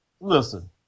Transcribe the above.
listen